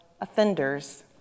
offenders